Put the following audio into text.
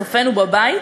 לצופינו בבית,